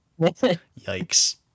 Yikes